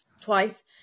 twice